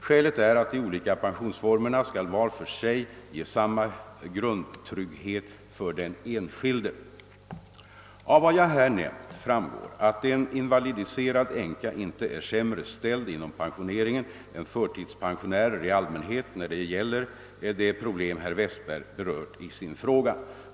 Skälet är att de olika pensionsformerna skall var för sig ge samma grundtrygghet för den enskilde. Av vad jag här nämnt framgår att en invalidiserad änka inte är sämre ställd inom pensioneringen än förtidspensionärer i allmänhet när det gäller det problem herr Westberg berört i sin fråga.